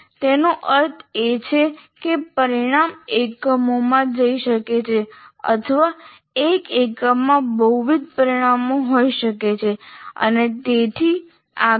તેનો અર્થ એ છે કે પરિણામ એકમોમાં જઈ શકે છે અથવા એક એકમમાં બહુવિધ પરિણામો હોઈ શકે છે અને તેથી આગળ